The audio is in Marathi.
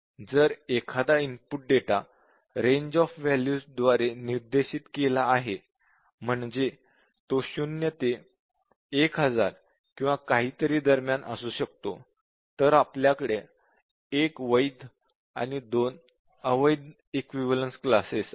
जर एखादा input data range of values द्वारे निर्देशित केला आहे म्हणजे तो शून्य ते 1000 किंवा काहीतरी दरम्यान असू शकतो तर आपल्याकडे 1 वैध आणि 2 अवैध इक्विवलेन्स क्लासेस आहेत